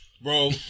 Bro